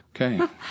Okay